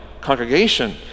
congregation